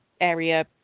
Area